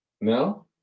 No